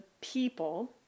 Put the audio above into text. people